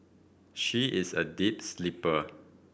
she is a deep sleeper